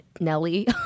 Nelly